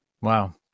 Wow